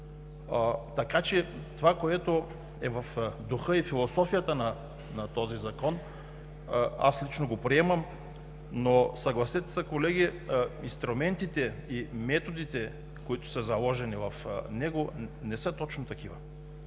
Така че това, което е в духа и философията на този Закон, аз лично го приемам. Колеги, съгласете се, инструментите и методите, които са заложени в него, не са точно такива.